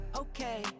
okay